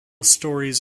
stories